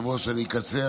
הכלליות לרשויות המקומיות (תיקון),